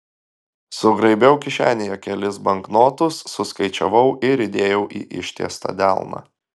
sugraibiau kišenėje kelis banknotus suskaičiavau ir įdėjau į ištiestą delną